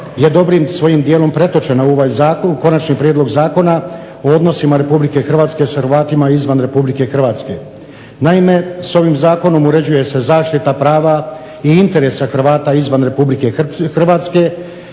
je dobrim svojim dijelom pretočena u ovaj Zakon, Konačni prijedlog zakona o odnosima Republike Hrvatske sa Hrvatima izvan Republike Hrvatske. Naime, sa ovim zakonom uređuje se zaštita prava i interesa Hrvata izvan Republike Hrvatske,